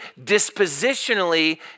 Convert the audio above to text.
dispositionally